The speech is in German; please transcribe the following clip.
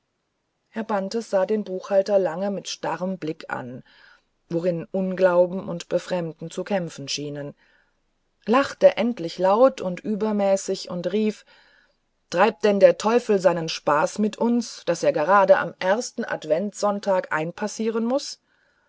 herr bantes sah den buchhalter lange mit starrem blick an worin unglauben und befremden zu kämpfen schienen lachte endlich laut und übermäßig und rief treibt denn der teufel seinen spaß mit uns daß der gerade am ersten adventsonntage einpassieren muß